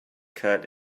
cut